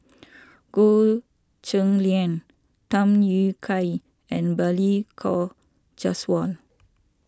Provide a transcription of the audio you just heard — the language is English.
Goh Cheng Liang Tham Yui Kai and Balli Kaur Jaswal